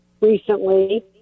recently